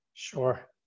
Sure